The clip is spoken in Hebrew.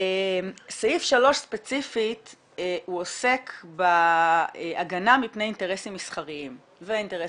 סעיף 3 ספציפית עוסק בהגנה מפני אינטרסים מסחריים ואחרים.